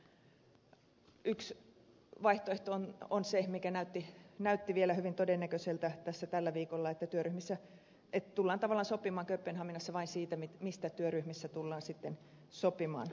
yksi vaihtoehto on se mikä näytti vielä hyvin todennäköiseltä tässä tällä viikolla että kööpenhaminassa tullaan tavallaan sopimaan vain siitä mistä työryhmissä tullaan sitten sopimaan